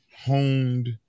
honed